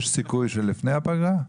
יש סיכוי לפני הפגרה?